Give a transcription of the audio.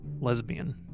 lesbian